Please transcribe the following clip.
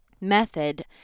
method